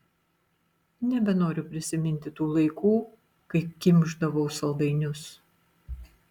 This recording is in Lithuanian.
nebenoriu prisiminti tų laikų kai kimšdavau saldainius